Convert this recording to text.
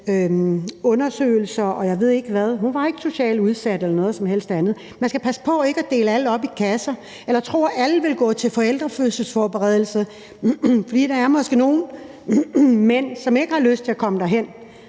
undersøgelser, og jeg ved ikke hvad, men hun var ikke socialt udsat eller noget som helst andet. Man skal passe på med at dele alle op i kasser eller tro, at alle ville gå til forældrefødselsforberedelse, for der er måske nogle mænd, som ikke har lyst til at komme derhen.